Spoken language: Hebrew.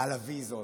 על הוויזות.